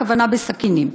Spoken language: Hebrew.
הכוונה בסכינים,